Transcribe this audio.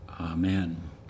amen